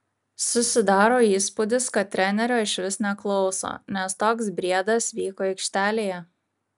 susidaro įspūdis kad trenerio išvis neklauso nes toks briedas vyko aikštelėje